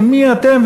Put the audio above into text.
ומי אתם,